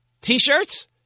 T-shirts